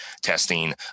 testing